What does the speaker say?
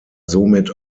somit